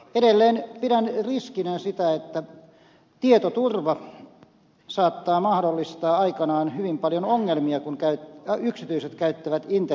edelleen pidän riskinä sitä että tietoturva saattaa mahdollistaa aikanaan hyvin paljon ongelmia kun yksityiset käyttävät internetiä